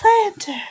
planter